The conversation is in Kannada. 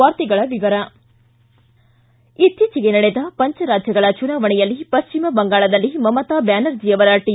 ವಾರ್ತೆಗಳ ವಿವರ ಇತ್ತೀಚಿಗೆ ನಡೆದ ಪಂಚರಾಜ್ಯಗಳ ಚುನಾವಣೆಯಲ್ಲಿ ಪಶ್ಚಿಮ ಬಂಗಾಳದಲ್ಲಿ ಮಮತಾ ಬ್ಹಾನರ್ಜಿ ಅವರ ಟಿ